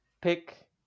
pick